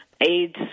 AIDS